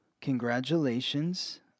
Congratulations